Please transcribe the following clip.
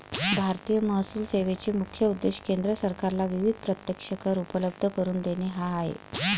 भारतीय महसूल सेवेचा मुख्य उद्देश केंद्र सरकारला विविध प्रत्यक्ष कर उपलब्ध करून देणे हा आहे